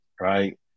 right